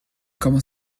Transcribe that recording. comment